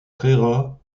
créera